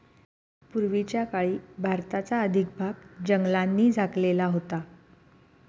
पूर्वीच्या काळी भारताचा अधिक भाग जंगलांनी झाकलेला होता